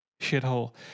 shithole